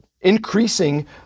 increasing